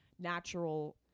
natural